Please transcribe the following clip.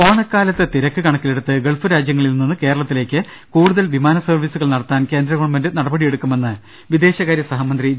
ഓണക്കാലത്തെ തിരക്ക് കണക്കിലെടുത്ത് ഗൾഫ് രാജ്യങ്ങ ളിൽനിന്ന് കേരളത്തിലേക്ക് കൂടുതൽ വിമാന്യ സർവ്വീസുകൾ നടത്താൻ കേന്ദ്ര ഗവൺമെന്റ് നടപടിയെടുക്കുമെന്ന് വിദേശ കാര്യ സഹമന്ത്രി വി